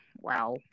Wow